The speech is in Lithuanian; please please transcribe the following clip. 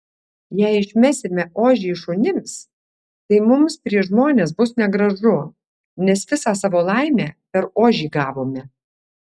jei išmesime ožį šunims tai mums prieš žmones bus negražu nes visą savo laimę per ožį gavome